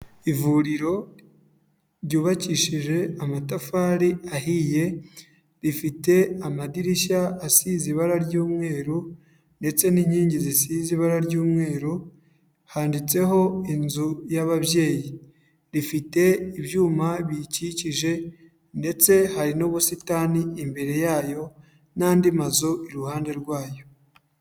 Ivuriro ryubakishije amatafari ahiye, rifite amadirishya asize ibara ry'umweru ndetse n'inkingi zisize ibara ry'umweru, handitseho inzu y'ababyeyi, rifite ibyuma biyikikije ndetse hari n'ubusitani imbere yayo, n'andi mazu iruhande rwayo.